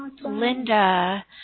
Linda